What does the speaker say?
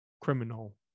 criminal